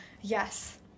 Yes